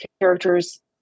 characters